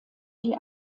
die